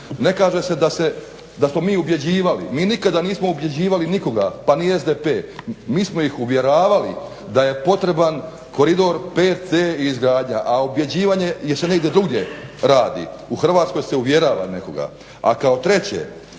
ne kaže da smo mi ubjeđivali, mi nikada nismo ubjeđivali nikoga pa ni SDP, mi smo ih uvjeravali da je potreban koridor 5C i izgradnja, a ubjeđivanje se negdje drugdje radi. U Hrvatskoj se uvjerava nekoga.